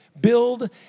build